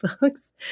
books